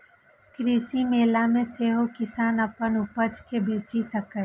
कृषि मेला मे सेहो किसान अपन उपज कें बेचि सकैए